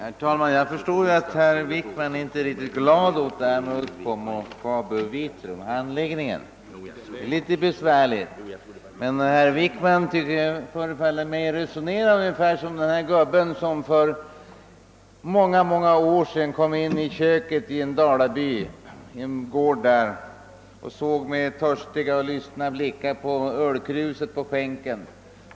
Herr talman! Jag förstår att herr Wickman inte är riktigt glad över handläggningen av Uddcomb-, Kabioch Vitrumärendena. Herr Wickman före faller mig resonera som den gubbe, som för många år sedan kom in i köket till en gård i en dalaby och såg med törstiga och lystna ögon på ölkruset på skänken.